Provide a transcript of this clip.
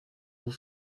vous